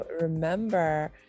remember